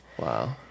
Wow